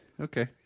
Okay